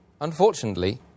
unfortunately